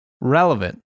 relevant